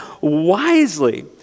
wisely